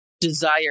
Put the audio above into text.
desire